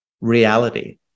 Reality